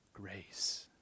grace